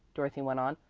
dorothy went on,